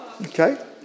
Okay